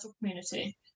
community